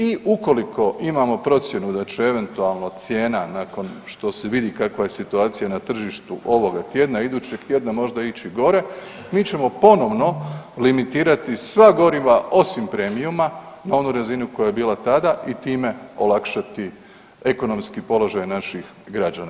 I ukoliko imamo procjenu da će eventualno cijena nakon što se vidi kakva je situacija na tržištu ovoga tjedna, idućeg tjedna možda ići gore mi ćemo ponovno limitirati sva goriva osim Premiuma na onu razinu koja je bila tada i time olakšati ekonomski položaj naših građana.